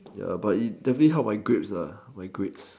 ya but it definitely help my grades lah my grades